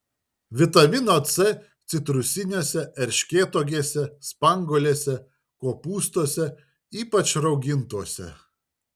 vitamino c citrusiniuose erškėtuogėse spanguolėse kopūstuose ypač raugintuose